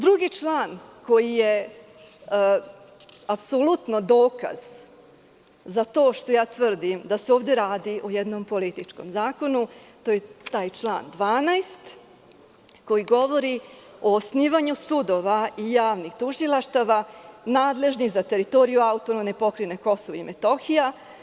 Drugi član koji je apsolutno dokaz za to što tvrdim da se ovde radi o jednom političkom zakonu je taj član 12, koji govori o osnivanju sudova i javnih tužilaštava nadležnih za teritoriju AP Kosovo i Metohija.